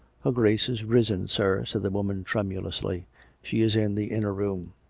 her grace is risen, sir, said the woman tremulously she is in the inner room.